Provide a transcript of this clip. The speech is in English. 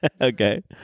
okay